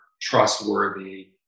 trustworthy